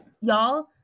Y'all